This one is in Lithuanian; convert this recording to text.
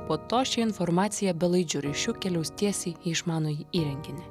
po to ši informacija belaidžiu ryšiu keliaus tiesiai į išmanųjį įrenginį